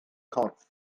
corff